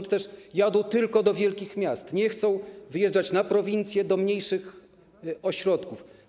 Dlatego też jadą tylko do wielkich miast, nie chcą wyjeżdżać na prowincję, do mniejszych ośrodków.